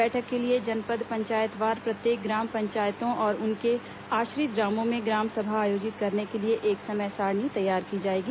बैठक के लिए जनपद पंचायतवार प्रत्येक ग्राम पंचायतों और उनके आश्रित ग्रामों में ग्राम सभा आयोजित करने के लिए एक समय सारणी तैयार की जाएगी